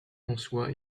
conçoit